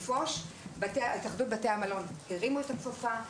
התאחדות בתי המלון הרימו את הכפפה,